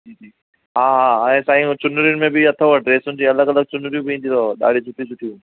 जी जी हा हा आहे साईं उहा चुनरियुनि में बि अथव ड्रैसुनि जी अलॻि अलॻि चुनरियूं बि ईंदी अथव ॾाढी सुठी सुठी